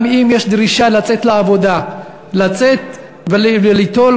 גם אם יש דרישה לצאת לעבודה, לצאת וגם ליטול